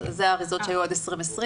זה האריזות שהיו עד 2020,